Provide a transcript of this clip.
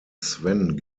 sven